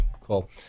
Cool